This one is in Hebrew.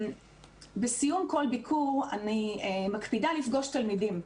בסיום כל ביקור אני מקפידה לפגוש תלמידים,